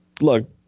look